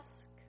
ask